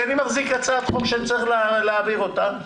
כי אני מחזיק הצעת חוק ארוכה שאני צריך להעביר אותה.